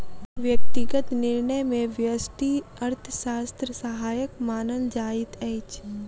व्यक्तिगत निर्णय मे व्यष्टि अर्थशास्त्र सहायक मानल जाइत अछि